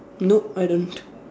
nope I don't